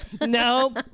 no